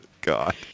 God